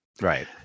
Right